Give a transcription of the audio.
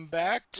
back